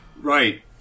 Right